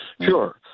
Sure